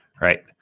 right